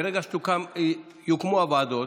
ברגע שיוקמו הוועדות,